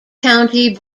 county